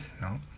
No